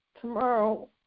tomorrow